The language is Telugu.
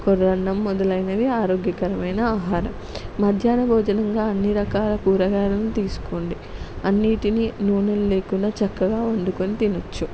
కొర్ర అన్నం మొదలైనవి ఆరోగ్య కరమైన ఆహారం మద్యాహన భోజనంగా అన్నీ రకాల కూరగాయలనూ తీసుకోండి అన్నిటిని నూనె లేకుండా చక్కగా వండుకొని తినొచ్చు